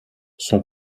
son